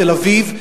בתל-אביב,